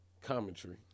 commentary